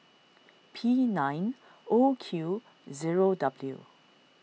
P nine O Q zero W